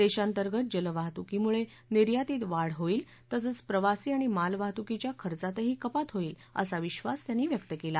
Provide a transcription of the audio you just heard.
देशांतर्गत जलवाहतुकीमुळे निर्यातीत वाढ होईल तसंच प्रवासी आणि मालवाहतूकीच्या खर्चातही कपात होईल असा विश्वास त्यांनी व्यक्त केला